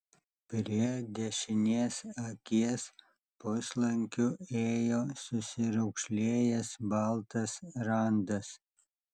prie dešinės akies puslankiu ėjo susiraukšlėjęs baltas randas